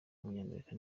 w’umunyamerika